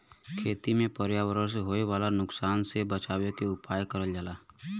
खेती में पर्यावरण से होए वाला नुकसान से बचावे के उपाय करल जाला